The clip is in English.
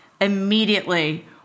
immediately